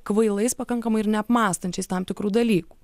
kvailais pakankamai ir neapmąstančiais tam tikrų dalykų